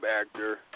actor